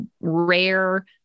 rare